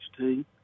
HT